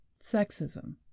sexism